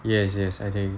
yes yes I think